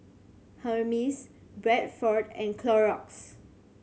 Hermes Bradford and Clorox